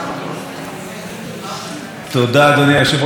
אני מבטיח אפילו לקצר יחסית לזמן שיינתן לי.